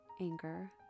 anger